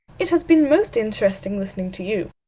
it has been most interesting, listening to you.